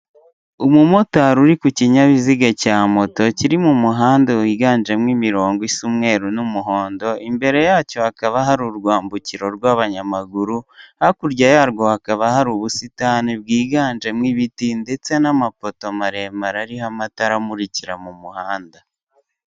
Umumotari uri kukinyabiziga cya moto kiri mumuhanda wiganjemo imirongo isa umwere n'umuhondo imbere yacyo hakaba hari urwambukiro rw'abanyamaguru, hakurya yarwo hakaba hari ubusitani bwiganjemo ibiti ndetse n'amapoto maremare ariho amatara amurikira m'umuhanda.